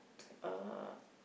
uh